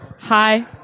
Hi